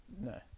no